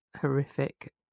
horrific